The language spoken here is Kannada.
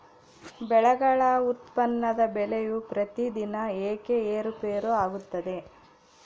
ಬೆಳೆಗಳ ಉತ್ಪನ್ನದ ಬೆಲೆಯು ಪ್ರತಿದಿನ ಏಕೆ ಏರುಪೇರು ಆಗುತ್ತದೆ?